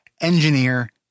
engineer